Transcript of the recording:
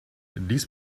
dies